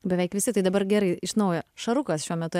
beveik visi tai dabar gerai iš naujo šarukas šiuo metu